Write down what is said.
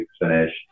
finish